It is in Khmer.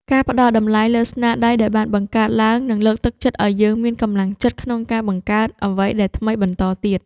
ការផ្តល់តម្លៃលើស្នាដៃដែលបានបង្កើតឡើងនឹងលើកទឹកចិត្តឱ្យយើងមានកម្លាំងចិត្តក្នុងការបង្កើតអ្វីដែលថ្មីបន្តទៀត។